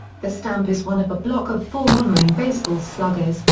the stamp is one of a block of four honoring baseball sluggers,